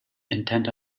intent